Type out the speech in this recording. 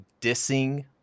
dissing